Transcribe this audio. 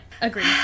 Agreed